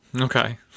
Okay